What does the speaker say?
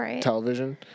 television